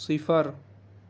صفر